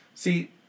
See